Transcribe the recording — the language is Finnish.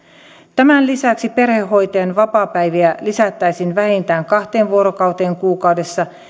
tämän lisäksi perhehoitajan vapaapäiviä lisättäisiin vähintään kahteen vuorokauteen kuukaudessa